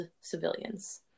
civilians